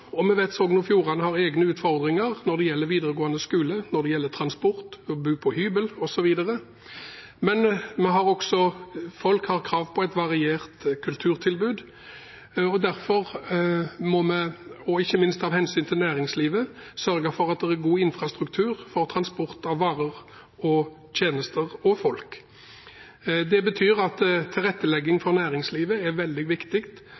og vi vet at Sogn og Fjordane har egne utfordringer når det gjelder videregående skole, transport, det å bo på hybel osv. Folk har krav på et variert kulturtilbud, og vi må ikke minst av hensyn til næringslivet sørge for at det er god infrastruktur for transport av varer, tjenester og folk. Det betyr at tilrettelegging for næringslivet er veldig viktig,